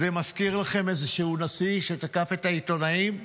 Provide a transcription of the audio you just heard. זה מזכיר לכם איזשהו נשיא שתקף את העיתונאים,